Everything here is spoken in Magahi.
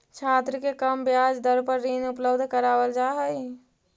छात्र के कम ब्याज दर पर ऋण उपलब्ध करावल जा हई